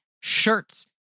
shirts